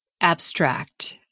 abstract